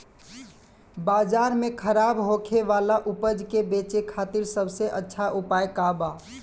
बाजार में खराब होखे वाला उपज के बेचे खातिर सबसे अच्छा उपाय का बा?